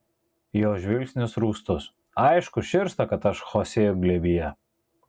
jo žvilgsnis rūstus aišku širsta kad aš chosė glėbyje